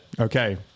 Okay